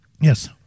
Yes